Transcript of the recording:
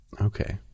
Okay